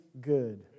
Good